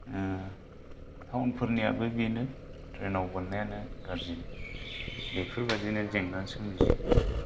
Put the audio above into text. थावोनफोरनियाबो बेनो द्रेनाव बोननायानो गाज्रि बेफोरबायदिनो जेंना सोमजियो